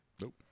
Nope